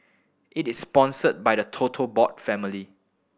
it is sponsored by the total board family